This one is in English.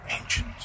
ancient